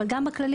אבל גם בכללית,